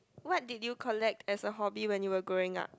what did you collect as a hobby when you were growing up